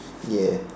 yes